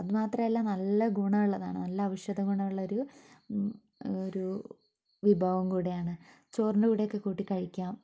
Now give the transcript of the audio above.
അത് മാത്രമല്ല നല്ല ഗുണമുള്ളതാണ് നല്ല ഔഷധ ഗുണമുള്ളൊരു ഒരു വിഭവം കൂടിയാണ് ചോറിൻ്റെ കൂടെയൊക്കെ കൂട്ടി കഴിക്കാം